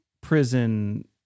prison